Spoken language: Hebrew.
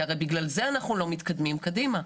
כי הרי בגלל זה אנחנו לא מתקדמים קדימה.